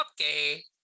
Okay